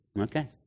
okay